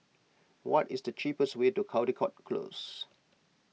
what is the cheapest way to Caldecott Close